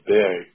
big